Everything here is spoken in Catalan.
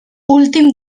últim